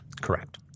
correct